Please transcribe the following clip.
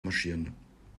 marschieren